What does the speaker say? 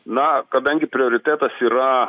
na kadangi prioritetas yra